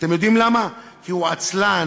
כי אז מה ההבדל בין בית-הכנסת ובית- הקולנוע?"